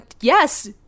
yes